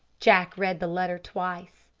jack read the letter twice.